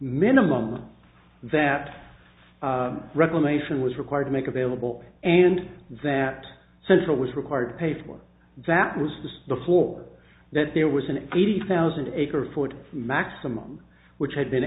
minimum that reclamation was required to make available and that says what was required to pay for that was before that there was an eighty thousand acre ford maximum which had been